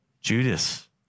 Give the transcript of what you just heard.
Judas